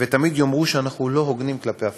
ותמיד יאמרו שאנחנו לא הוגנים כלפי הפלסטינים.